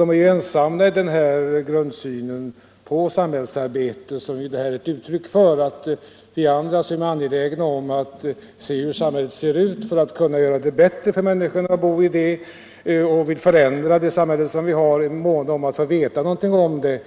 De är ensamma i denna grundsyn på det samhällsarbete som folkoch bostadsräkningen är ett uttryck för. Vi andra är angelägna om att få veta hur samhället ser ut för att kunna göra det lättare för människorna att bo i det. Vi vill förändra det samhälle som vi har och är måna om att få veta något om det.